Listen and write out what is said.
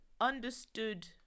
understood